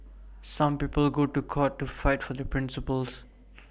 some people go to court to fight for their principles